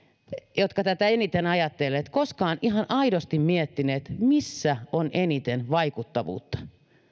jotka tätä eniten ajatte koskaan ihan aidosti miettineet missä on eniten vaikuttavuutta